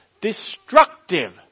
destructive